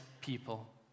people